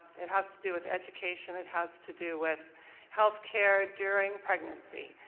it has to do with education. it has to do with healthcare during pregnancy.